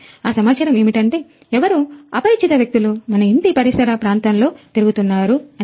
ఆ సమాచారం ఏమిటంటే ఎవరో అపరిచిత వ్యక్తులు మన ఇంటి పరిసర ప్రాంతంలో తిరుగుతున్నారు అని